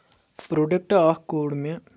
product اَکھ کوٚڑ مےٚ